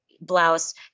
blouse